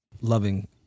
loving